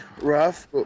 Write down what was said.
rough